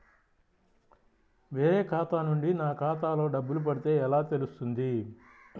వేరే ఖాతా నుండి నా ఖాతాలో డబ్బులు పడితే ఎలా తెలుస్తుంది?